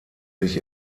sich